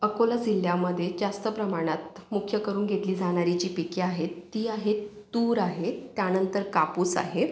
अकोला जिल्ह्यामध्ये जास्त प्रमाणात मुख्य करून घेतली जाणारी जी पिके आहेत ती आहेत तूर आहे त्यानंतर कापूस आहे